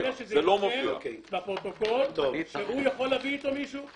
אני רוצה שיירשם בפרוטוקול שהוא יכול להביא איתו מישהו,